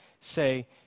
say